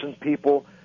people